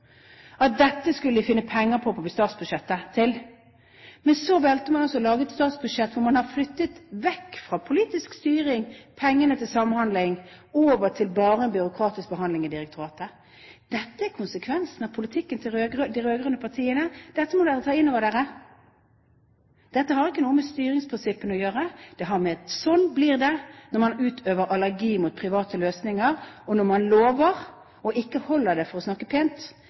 at man skulle finne penger til dette på statsbudsjettet. Men så valgte man altså å lage et statsbudsjett der man flyttet pengene til samhandling vekk fra politisk styring over til bare en byråkratisk behandling i direktoratet. Dette er konsekvensen av politikken til de rød-grønne partiene. Dette må dere ta inn over dere! Dette har ikke noe med styringsprinsippene å gjøre. Det har å gjøre med at sånn blir det når man utøver allergi mot private løsninger, og når man lover og ikke holder – for å snakke pent